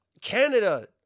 Canada